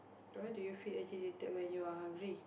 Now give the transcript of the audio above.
why do you feel agitated when you are hungry